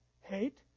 Hate